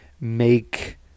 make